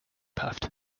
puffed